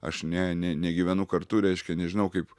aš ne ne negyvenu kartu reiškia nežinau kaip